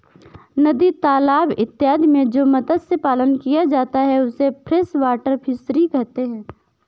नदी तालाब इत्यादि में जो मत्स्य पालन किया जाता है उसे फ्रेश वाटर फिशरी कहते हैं